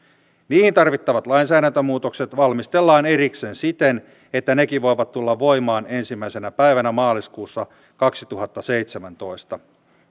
niihin tarvittavat lainsäädäntömuutokset valmistellaan erikseen siten että nekin voivat tulla voimaan ensimmäisenä päivänä maaliskuuta kaksituhattaseitsemäntoista